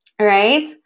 right